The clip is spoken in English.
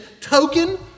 token